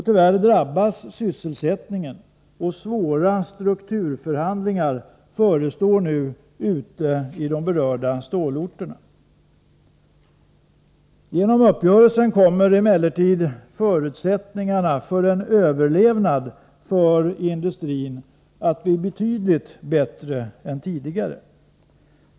Tyvärr drabbas sysselsättningen, och svåra strukturförhandlingar förestår nu ute på de berörda stålorterna. Genom uppgörelsen kommer emellertid förutsättningarna för industrins överlevnad att bli betydligt bättre än tidigare.